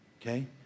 okay